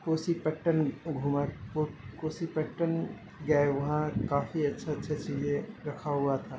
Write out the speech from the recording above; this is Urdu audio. کوسی پٹن گھوما کوسی پٹن گئے وہاں کافی اچھے اچھے چیزیں رکھا ہوا تھا